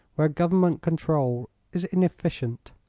where government control is inefficient.